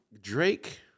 Drake